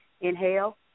Inhale